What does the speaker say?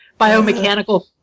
biomechanical